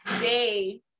day